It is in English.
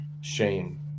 shame